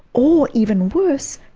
or, even worse,